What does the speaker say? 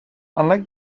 unlike